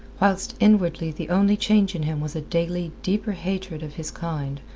whilst inwardly the only change in him was a daily deeper hatred of his kind,